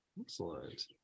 excellent